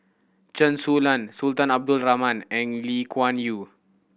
Chen Su Lan Sultan Abdul Rahman and Lee Kuan Yew